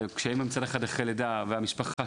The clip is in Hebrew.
כשמצד אחד האימא אחרי לידה והמשפחה שם,